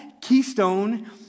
keystone